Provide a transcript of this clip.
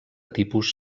tipus